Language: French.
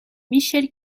michele